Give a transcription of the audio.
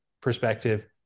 perspective